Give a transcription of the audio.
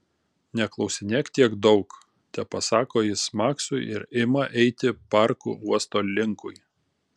neklausinėk tiek daug tepasako jis maksui ir ima eiti parku uosto linkui